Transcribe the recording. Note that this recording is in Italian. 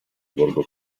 borgo